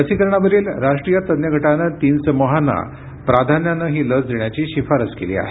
लसीकरणावरील राष्ट्रीय तज्ज्ञ गटानं तीन समूहांना प्राधान्यानं ही लस देण्याची शिफारस केली आहे